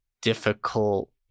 difficult